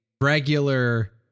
regular